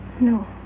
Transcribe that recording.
No